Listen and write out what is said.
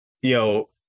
yo